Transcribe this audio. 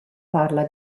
parla